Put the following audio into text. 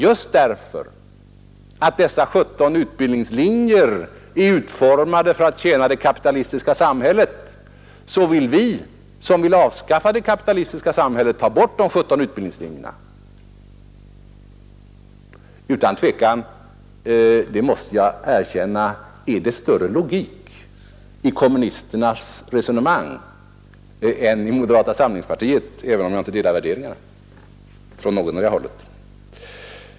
Just därför att dessa sjutton utbildningslinjer är utformade för att tjäna det kapitalistiska samhället så önskar kommunisterna, som vill avskaffa det kapitalistiska samhället, ta bort de sjutton utbildningslinjerna. Jag måste erkänna att utan tvekan är det större logik i kommunisternas resonemang än i moderata samlingspartiets, även om jag inte delar värderingarna på någondera hållet.